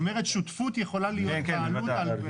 זאת אומרת, שותפות יכולה להיות בעלות.